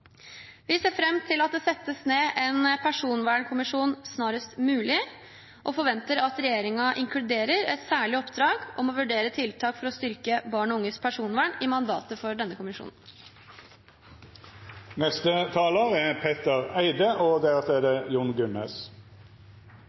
Vi ser fram til at det settes ned en personvernkommisjon snarest mulig, og forventer at regjeringen inkluderer et særlig oppdrag om å vurdere tiltak for å styrke barn og unges personvern i mandatet for denne kommisjonen. Mye klokt er sagt i denne saken, og